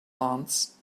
ants